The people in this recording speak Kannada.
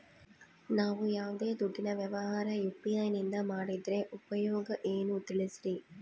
ನಾವು ಯಾವ್ದೇ ದುಡ್ಡಿನ ವ್ಯವಹಾರ ಯು.ಪಿ.ಐ ನಿಂದ ಮಾಡಿದ್ರೆ ಉಪಯೋಗ ಏನು ತಿಳಿಸ್ರಿ?